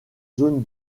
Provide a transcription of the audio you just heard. zone